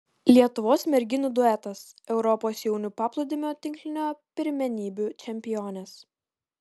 lietuvos merginų duetas europos jaunių paplūdimio tinklinio pirmenybių čempionės